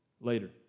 later